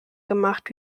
gemacht